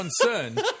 concerned